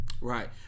right